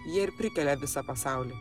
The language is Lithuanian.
jie ir prikelia visą pasaulį